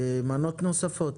מנות נוספות.